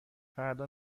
فردا